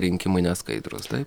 rinkimai neskaidrūs taip